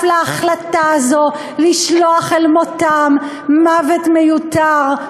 להחלטה הזאת לשלוח אל מותם מוות מיותר,